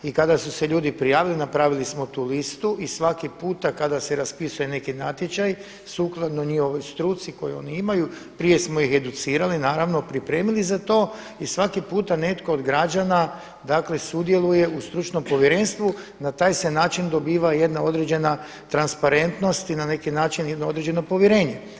I kada su se ljudi prijavili napravili smo tu listu i svaki puta kada se raspisuje neki natječaj sukladno njihovoj struci koju oni imaju, prije smo ih educirali, naravno pripremili za to i svaki puta netko o građana, dakle sudjeluje u stručnom povjerenstvu i na taj se način dobiva i jedna određena transparentnost i na neki način jedno određeno povjerenje.